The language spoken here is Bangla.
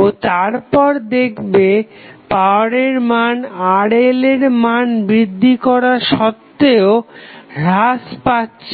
ও তারপর দেখবে পাওয়ারের মান RL এর মান বৃদ্ধি করা সত্তেও হ্রাস পাচ্ছে